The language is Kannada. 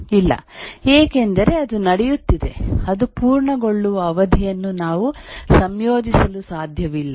ಇಲ್ಲ ಏಕೆಂದರೆ ಅದು ನಡೆಯುತ್ತಿದೆ ಅದು ಪೂರ್ಣಗೊಳ್ಳುವ ಅವಧಿಯನ್ನು ನಾವು ಸಂಯೋಜಿಸಲು ಸಾಧ್ಯವಿಲ್ಲ